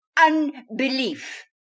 unbelief